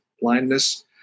blindness